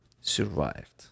survived